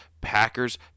Packers